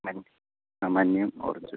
മഞ്ഞ ആ മഞ്ഞേം ഓറഞ്ചും